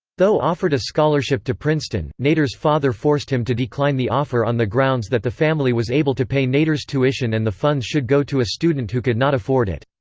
though offered a scholarship to princeton, nader's father forced him to decline the offer on the grounds that the family was able to pay nader's tuition and the funds should go to a student who could not afford it.